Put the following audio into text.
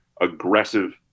aggressive